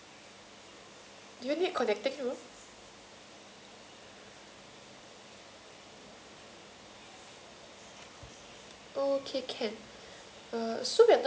do you need connecting room okay can